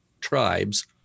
tribes